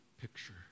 picture